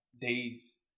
days